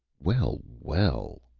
well, well!